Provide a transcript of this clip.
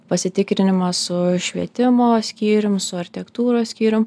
pasitikrinimas su švietimo skyrium su architektūros skyrium